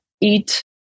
eat